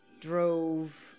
drove